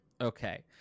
Okay